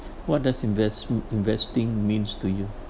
what does invest investing means to you